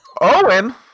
Owen